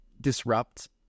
disrupt